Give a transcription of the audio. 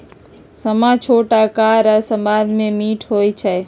समा छोट अकार आऽ सबाद में मीठ होइ छइ